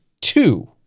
two